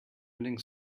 ending